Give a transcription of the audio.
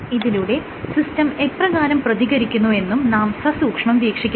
ഇതിലൂടെ സിസ്റ്റം എപ്രകാരം പ്രതികരിക്കുന്നു എന്നും നാം സസൂക്ഷ്മം വീക്ഷിക്കുന്നുണ്ട്